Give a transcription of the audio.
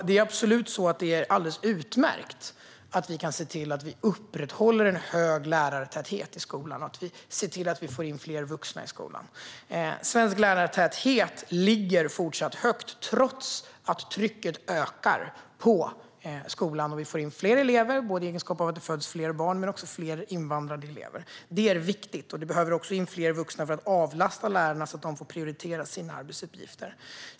Det är alldeles utmärkt att vi kan upprätthålla hög lärartäthet i skolan och se till att få in fler vuxna i skolan. Lärartätheten i Sverige ligger fortsatt högt trots att trycket ökar på skolan och vi får in fler elever, både för att det föds fler barn och för att fler invandrar. Det är viktigt, och vi behöver få in fler vuxna för att avlasta lärarna så att de får prioritera sina arbetsuppgifter.